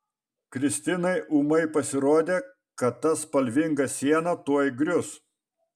kristinai ūmai pasirodė kad ta spalvinga siena tuoj grius